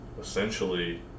essentially